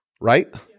right